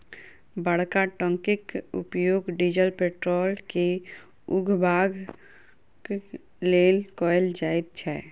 बड़का टंकीक उपयोग डीजल पेट्रोल के उघबाक लेल कयल जाइत छै